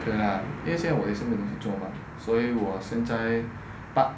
对 lah 因为现在我也是没有东西做 mah 所以我现在 but